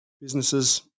businesses